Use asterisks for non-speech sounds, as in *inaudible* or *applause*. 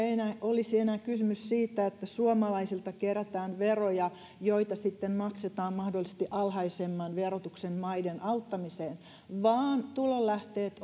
*unintelligible* ei olisi enää kysymys siitä että suomalaisilta kerätään veroja joita sitten maksetaan mahdollisesti alhaisemman verotuksen maiden auttamiseen vaan tulonlähteet *unintelligible*